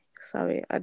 sorry